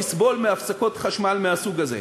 ולא לסבול מהפסקות חשמל מהסוג הזה.